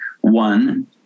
One